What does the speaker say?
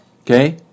Okay